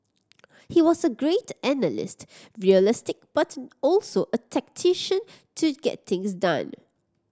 he was a great analyst realistic but also a tactician to get things done